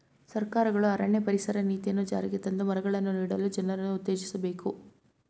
ಸರ್ಕಾರಗಳು ಅರಣ್ಯ ಪರಿಸರ ನೀತಿಯನ್ನು ಜಾರಿಗೆ ತಂದು ಮರಗಳನ್ನು ನೀಡಲು ಜನರನ್ನು ಉತ್ತೇಜಿಸಬೇಕು